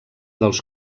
dels